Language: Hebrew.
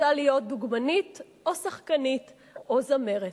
רוצה להיות דוגמנית או שחקנית או זמרת.